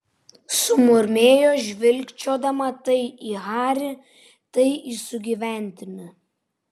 sumurmėjo žvilgčiodama tai į harį tai į sugyventinį